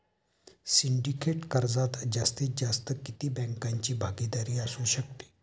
Syndicate कर्जात जास्तीत जास्त किती बँकांची भागीदारी असू शकते?